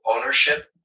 ownership